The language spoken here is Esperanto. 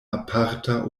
aparta